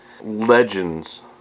legends